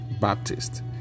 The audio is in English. Baptist